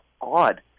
odd